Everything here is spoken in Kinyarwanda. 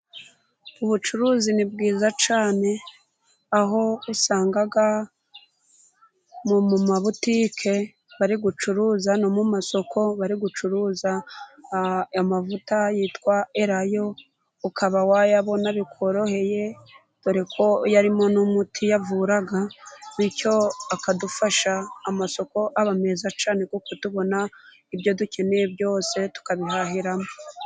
Ubucuruzi ni bwiza cyane aho usanga mu mabutike bari gucuruza no mu masoko bari gucuruza amavuta yitwa elayo, ukaba wayabona bikoroheye dore ko yo arimo n'umuti, avura bityo akadufasha. Amasoko aba meza cyane kuko tubona ibyo dukeneye byose tukabihahiramo.